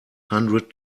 hundred